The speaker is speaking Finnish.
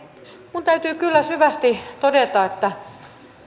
minun täytyy kyllä syvästi todeta että